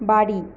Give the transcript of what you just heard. বাড়ি